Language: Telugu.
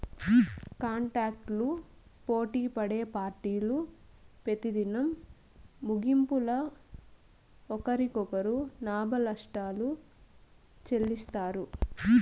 కాంటాక్టులు పోటిపడే పార్టీలు పెతిదినం ముగింపుల ఒకరికొకరు లాభనష్టాలు చెల్లిత్తారు